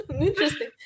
interesting